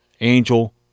Angel